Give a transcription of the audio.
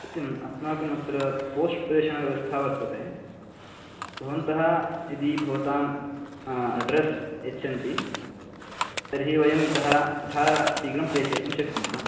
सत्यम् अस्माकं अत्र पोस्ट् प्रेषणव्यवस्था वर्तते भवन्तः यदि भवताम् अड्रस् यच्छन्ति तर्हि वयं इतः यथा शीघ्रं प्रेषयितुं शक्नुमः